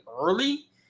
early